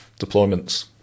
deployments